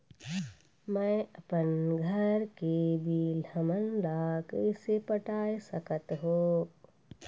मैं अपन घर के बिल हमन ला कैसे पटाए सकत हो?